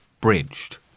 bridged